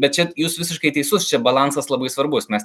bet čia jūs visiškai teisus čia balansas labai svarbus mes